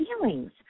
feelings